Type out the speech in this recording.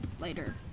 later